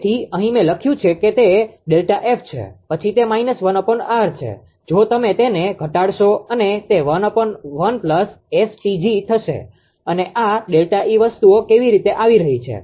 તેથી અહીં મેં લખ્યું છે કે તે ΔF છે પછી તે માઈનસ 1𝑅 છે જો તમે તેને ઘટાડશો અને તે 1 1 𝑆𝑇𝑔 થશે અને આ ΔE વસ્તુઓ કેવી રીતે આવી રહી છે